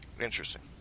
Interesting